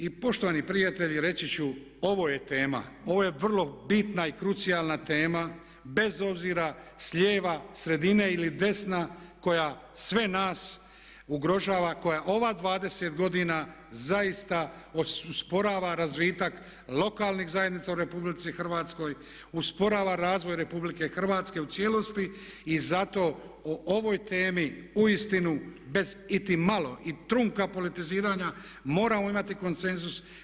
I poštovani prijatelji, reći ću ovo je tema, ovo je vrlo bitna i krucijalna tema bez obzira s lijeva, sredine ili desna koja sve nas ugrožava, koja ova 20 godina zaista osporava razvitak lokalnih zajednica u RH, usporava razvoj RH u cijelosti i zato o ovoj temi uistinu bez iti malo i trunka politiziranja moramo imati konsenzus.